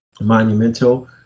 monumental